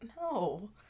no